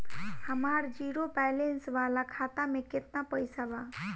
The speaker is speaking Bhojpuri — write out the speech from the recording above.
हमार जीरो बैलेंस वाला खाता में केतना पईसा बा?